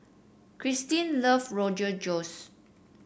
Krystin love Rogan Josh